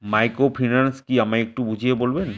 Microfinance কি আমায় একটু বুঝিয়ে বলবেন?